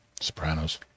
Sopranos